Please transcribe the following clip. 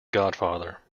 godfather